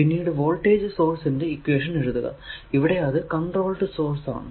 പിന്നീട് voltage source ന്റെ equation എഴുതുക ഇവിടെ അത് കൺട്രോൾഡ് സോഴ്സ് ആണ്